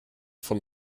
vom